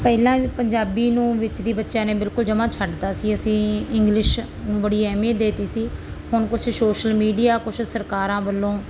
ਪਹਿਲਾਂ ਪੰਜਾਬੀ ਨੂੰ ਵਿੱਚ ਦੀ ਬੱਚਿਆਂ ਨੇ ਬਿਲਕੁਲ ਜਮਾਂ ਛੱਡ ਦਿੱਤਾ ਸੀ ਅਸੀਂ ਇੰਗਲਿਸ਼ ਬੜੀ ਅਹਿਮੀਅਤ ਦੇ ਦਿੱਤੀ ਸੀ ਹੁਣ ਕੁਛ ਸ਼ੋਸ਼ਲ ਮੀਡੀਆ ਕੁਛ ਸਰਕਾਰਾਂ ਵੱਲੋਂ